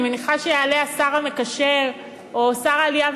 אני מניחה שיעלה השר המקשר או שר העלייה